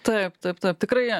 taip taip taip tikrai